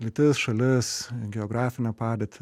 lytis šalis geografinę padėtį